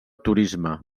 turisme